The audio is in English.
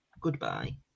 goodbye